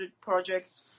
projects